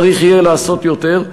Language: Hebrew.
צריך יהיה לעשות יותר,